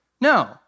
No